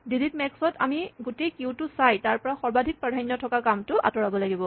delete মেক্সত আমি গোটেই কিউটো চাই তাৰপৰা সৰ্বাধিক প্ৰাধান্য থকা কামটো আতঁৰাব লাগিব